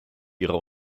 ihrer